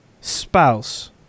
spouse